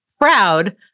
proud